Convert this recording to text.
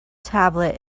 tablet